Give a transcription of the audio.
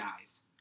eyes